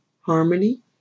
harmony